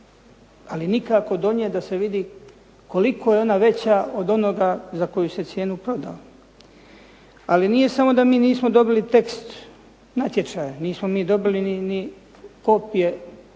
ali nikako do nje da se vidi koliko je ona veća od onoga za koliku je cijenu prodana. Ali nije samo da mi nismo dobili tekst natječaja, nismo mi dobili ni kopije